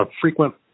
frequent